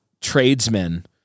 tradesmen